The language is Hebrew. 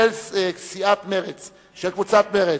של קבוצת מרצ.